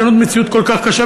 לשנות מציאות כל כך קשה,